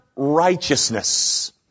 righteousness